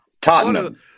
Tottenham